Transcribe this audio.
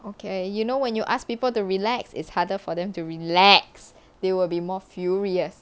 okay you know when you ask people to relax it's harder for them to relax they will be more furious